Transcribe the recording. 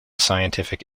scientific